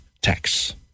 tax